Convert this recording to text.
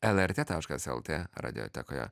lrt taškas lt radiotekoje